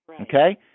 Okay